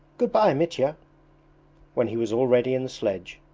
good-bye, mitya when he was already in the sledge.